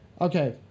Okay